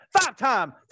five-time